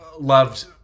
loved